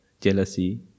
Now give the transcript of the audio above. jealousy